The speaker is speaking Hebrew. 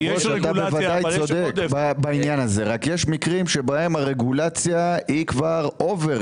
אתה בוודאי צודק בעניין הזה אלא שיש מקרים בהם הרגולציה היא כבר Over.